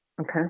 Okay